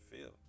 feel